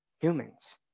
humans